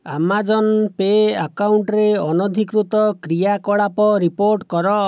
Amazon pay ଆକାଉଣ୍ଟରେ ଅନଧିକୃତ କ୍ରିୟାକଳାପ ରିପୋର୍ଟ କର